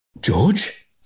George